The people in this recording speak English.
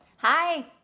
hi